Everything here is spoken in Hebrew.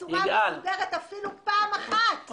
בצורה מסודרת אפילו פעם אחת.